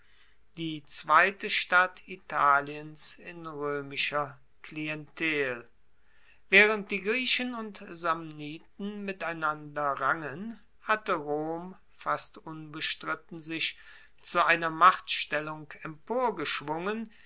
die zweite stadt italiens in roemischer klientel waehrend die griechen und samniten miteinander rangen hatte rom fast unbestritten sich zu einer